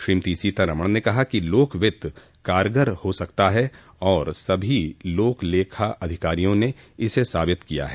श्रीमती सीतारामन ने कहा कि लोक वित्त कारगर हो सकता है और सभी लोक लेखा अधिकारियों ने इसे साबित किया है